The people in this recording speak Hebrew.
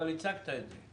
אבל הצגת את זה.